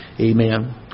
Amen